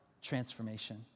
transformation